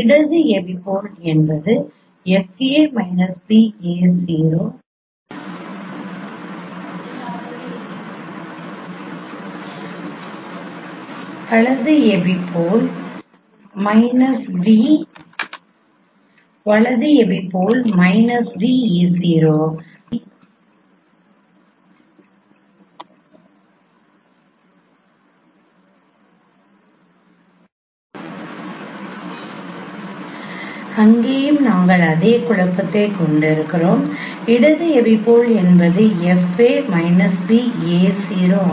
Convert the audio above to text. இடது எபிபோல் என்பது FA b a 0